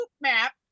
map